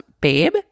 Babe